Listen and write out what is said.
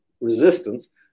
resistance